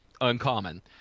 uncommon